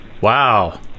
Wow